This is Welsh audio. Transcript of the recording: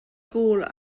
gôl